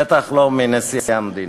בטח לא מנשיא המדינה,